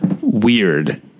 weird